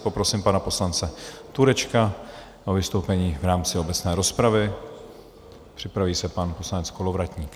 Poprosím pana poslance Turečka o vystoupení v rámci obecné rozpravy, připraví se pan poslanec Kolovratník.